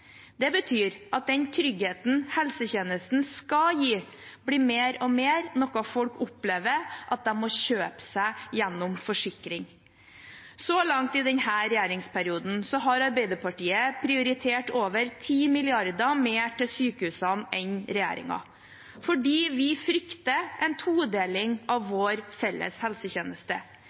Det betyr at den tryggheten helsetjenesten skal gi, blir mer og mer noe folk opplever at man må kjøpe seg gjennom forsikring. Så langt i denne regjeringsperioden har Arbeiderpartiet prioritert over 10 mrd. kr mer til sykehusene enn regjeringen – fordi vi frykter en todeling av vår felles helsetjeneste.